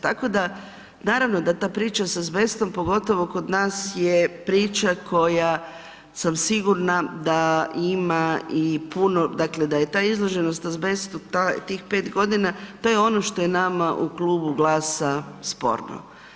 Tako da, naravno da ta priča s azbestom, pogotovo kod nas je priča koja sam sigurna da ima i puno, dakle da je ta izloženost azbestu, tih 5 godina, to je ono što je nama u Klubu GLAS-a sporno.